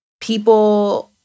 people